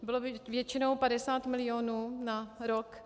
Bylo to většinou 50 milionů na rok.